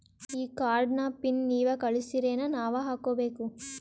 ಈ ಕಾರ್ಡ್ ನ ಪಿನ್ ನೀವ ಕಳಸ್ತಿರೇನ ನಾವಾ ಹಾಕ್ಕೊ ಬೇಕು?